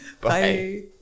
Bye